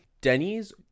denny's